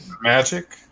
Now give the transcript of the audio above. magic